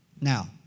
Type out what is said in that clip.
Now